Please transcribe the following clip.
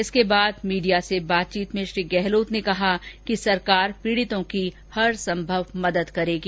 इसके बाद मीडिया से बातचीत में श्री गहलोत ने कहा कि सरकार पीड़ितों की हर संभव मदद करेगी